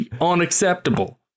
unacceptable